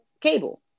cable